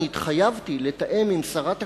אני התחייבתי לתאם עם שרת הקליטה,